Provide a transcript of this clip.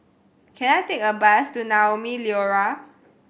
can I take a bus to Naumi Liora